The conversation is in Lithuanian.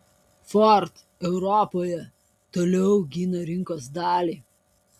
ford europoje toliau augina rinkos dalį